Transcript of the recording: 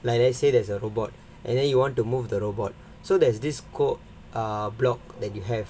like let's say there's a robot and then you want to move the robot so there's this ca~ err blog that you have